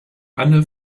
anne